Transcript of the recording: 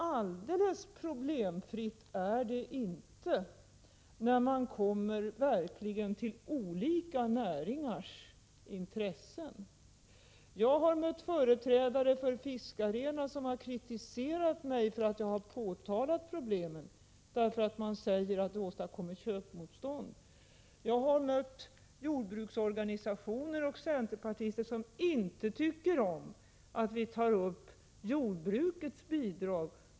Alldeles problemfritt är det verkligen inte när man ser på olika näringars intressen. Jag har mött företrädare för fiskarna som har kritiserat mig för att jag påtalat problemen. Man säger att det åstadkommer köpmotstånd. Jag har mött jordbruksorganisationer och centerpartister som inte tycker om att vi tar upp jordbrukets bidrag.